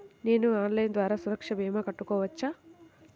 నేను ఆన్లైన్ ద్వారా సురక్ష భీమా కట్టుకోవచ్చా?